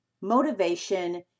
motivation